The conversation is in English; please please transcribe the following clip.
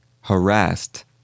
Harassed